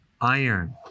iron